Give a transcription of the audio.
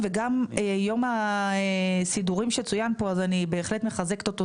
יום הסידורים שצוין פה, אני בהחלט מחזקת אותו.